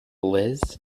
liz